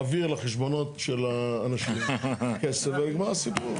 מעביר לחשבונות של האנשים כסף ונגמר הסיפור.